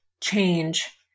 change